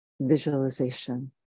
visualization